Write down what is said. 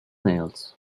nails